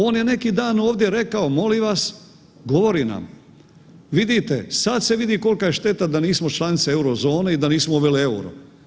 On je neki dan ovdje rekao, molim vas, govori nam, vidite sad se vidi kolka je šteta da nismo članice Eurozone i da nismo uveli EUR-o.